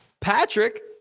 Patrick